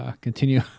Continue